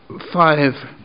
five